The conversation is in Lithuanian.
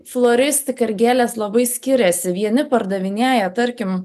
floristika ir gėlės labai skiriasi vieni pardavinėja tarkim